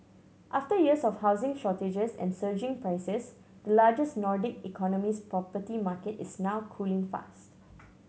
after years of housing shortages and surging prices the largest Nordic economy's property market is now cooling fast